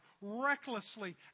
recklessly